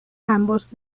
ambos